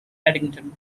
eddington